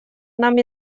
нам